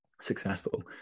successful